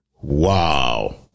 Wow